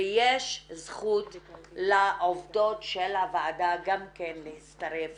ויש זכות לעובדות של הוועדה גם כן להצטרף